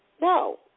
No